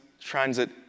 Transit